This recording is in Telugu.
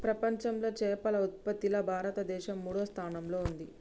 ప్రపంచంలా చేపల ఉత్పత్తిలా భారతదేశం మూడో స్థానంలా ఉంది